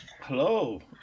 Hello